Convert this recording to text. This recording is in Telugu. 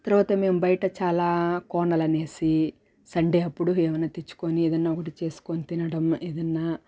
తర్వాత మేం బయట చాలా కోనలనేసి సండే అప్పుడు ఏమన్న తెచ్చుకొని ఏదన్న ఒకటి చేసుకోని తినడం ఏదన్నా